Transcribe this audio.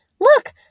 Look